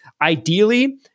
ideally